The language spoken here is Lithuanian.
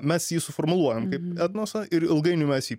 mes jį suformuluojam kaip etnosą ir ilgainiui mes jį